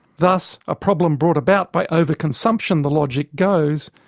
thus a problem brought about by overconsumption, the logic goes,